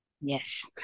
Yes